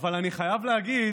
אבל אני חייב להגיד